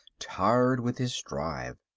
tired with his drive.